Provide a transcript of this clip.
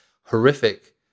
horrific